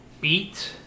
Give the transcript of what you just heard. beat